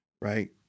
Right